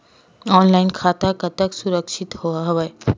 Online खाता कतका सुरक्षित हवय?